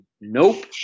nope